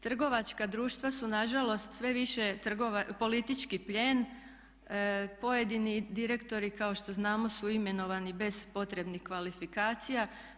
Trgovačka društva su nažalost sve više politički plijen, pojedini direktori kao što znamo su imenovani bez potrebnih kvalifikacija.